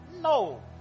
No